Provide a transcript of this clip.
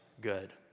good